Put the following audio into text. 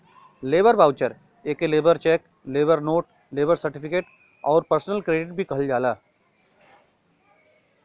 labour voucher एके labour cheque, labour note, labour certificate आउर personal credit भी कहल जाला